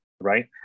right